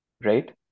right